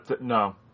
No